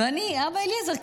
ואני: אבא אליעזר,